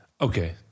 Okay